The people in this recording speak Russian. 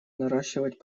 наращивать